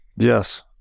Yes